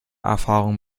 erfahrung